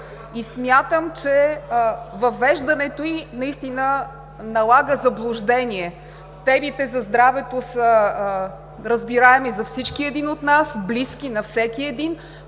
И смятам, че въвеждането ѝ наистина налага заблуждение. Темите за здравето са разбираеми за всеки един от нас, близки са на всеки един,